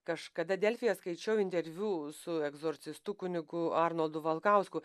kažkada delfyje skaičiau interviu su egzorcistu kunigu arnoldu valkausku